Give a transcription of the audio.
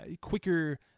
quicker